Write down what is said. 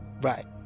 Right